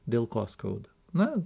dėl ko skauda na